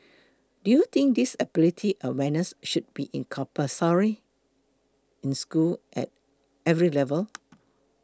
do you think disability awareness should be compulsory in schools at every level